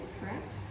correct